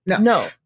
No